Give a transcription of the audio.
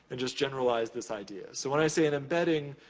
and just generalize this idea. so, when i say an embedding,